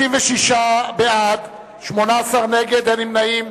56 בעד, 18 נגד, אין נמנעים.